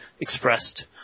expressed